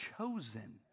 chosen